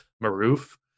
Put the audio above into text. Maruf